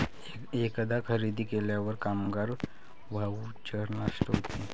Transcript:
एकदा खरेदी केल्यावर कामगार व्हाउचर नष्ट होते